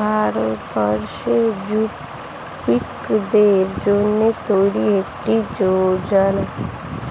ভারতবর্ষের যুবকদের জন্য তৈরি একটি যোজনা